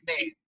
name